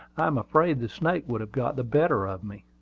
i am afraid the snake would have got the better of me.